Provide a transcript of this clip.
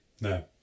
No